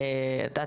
את יודעת,